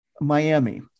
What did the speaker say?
Miami